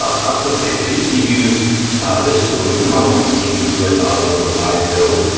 ah couple of things, i used to use this tool and you've probably seen me do it with the live build,